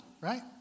right